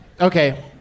Okay